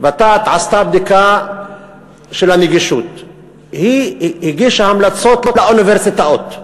ות"ת עשתה בדיקה של הנגישות והיא הגישה המלצות לאוניברסיטאות.